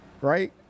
right